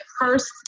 first